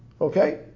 Okay